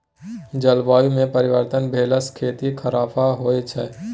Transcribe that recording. जलवायुमे परिवर्तन भेलासँ खेती खराप होए छै